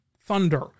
Thunder